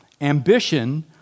Ambition